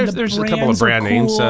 and there's a couple of brand names,